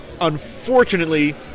unfortunately